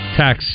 tax